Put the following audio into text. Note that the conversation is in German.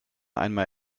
einmal